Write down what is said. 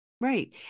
Right